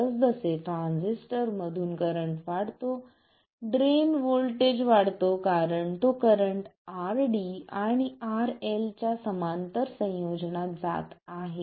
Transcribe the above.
जसजसे ट्रान्झिस्टरमधुन करंट वाढत जातो ड्रेन व्होल्टेज वाढतो कारण तो करंट RD आणि RL च्या समांतर संयोजनात जात आहे